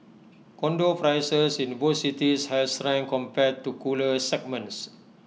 condo prices in both cities has strength compared to cooler segments